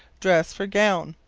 dress for gown.